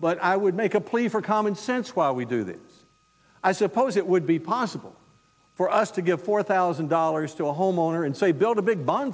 but i would make a plea for common sense while we do this i suppose it would be possible for us to give four thousand dollars to a homeowner and say build a big bon